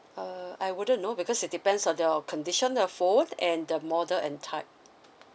uh I wouldn't know because it depends on your condition your phone and the model and type